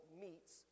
meets